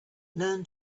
learn